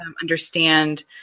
understand